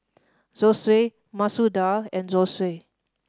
Zosui Masoor Dal and Zosui